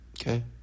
Okay